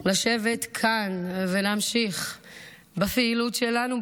לשבת כאן ולהמשיך בפעילות שלנו,